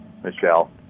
Michelle